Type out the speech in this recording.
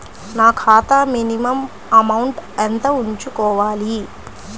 నా ఖాతా minimum amount ఎంత ఉంచుకోవాలి?